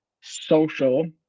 social